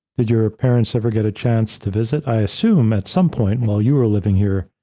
did your parents ever get a chance to visit? i assume, at some point while you were living here,